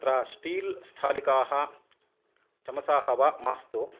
अत्र स्टील् स्थालिकाः चमसाः वा मास्तु